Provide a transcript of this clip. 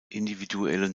individuellen